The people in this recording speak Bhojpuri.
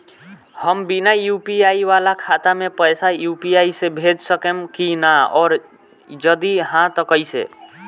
हम बिना यू.पी.आई वाला खाता मे पैसा यू.पी.आई से भेज सकेम की ना और जदि हाँ त कईसे?